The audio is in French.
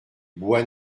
bois